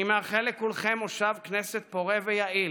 אני מאחל לכולכם מושב כנסת פורה ויעיל,